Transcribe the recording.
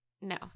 no